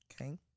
Okay